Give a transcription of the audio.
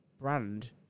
brand